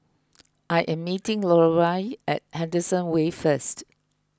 I am meeting Lorelai at Henderson Wave first